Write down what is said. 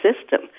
system